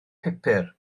pupur